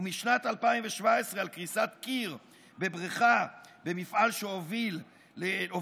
ומשנת 2017 על קריסת קיר בבריכה במפעל שהובילה